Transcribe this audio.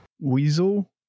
Weasel